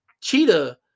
cheetah